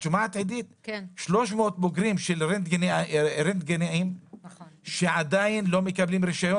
של רנטגן שעדיין לא מקבלים רישיון.